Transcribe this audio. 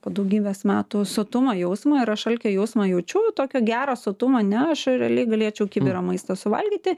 po daugybės metų sotumo jausmą ir aš alkio jausmą jaučiu tokio gero sotumo ne aš realiai galėčiau kibirą maisto suvalgyti